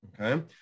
Okay